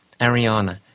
ariana